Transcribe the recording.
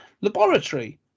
laboratory